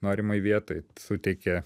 norimoj vietoj suteikia